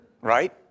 right